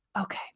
okay